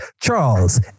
Charles